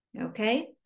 Okay